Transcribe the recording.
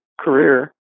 career